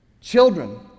children